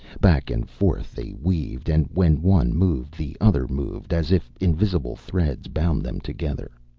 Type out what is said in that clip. back and forth they weaved, and when one moved the other moved as if invisible threads bound them together.